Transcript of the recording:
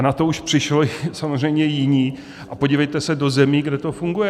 Na to už přišli samozřejmě jiní, podívejte se do zemí, kde to funguje.